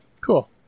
Cool